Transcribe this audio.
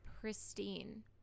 pristine